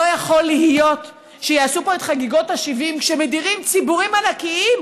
לא יכול להיות שיעשו פה את חגיגות ה-70 כשמדירים ציבורים ענקיים